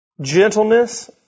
gentleness